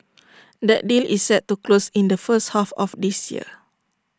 that deal is set to close in the first half of this year